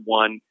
one